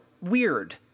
weird